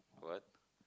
what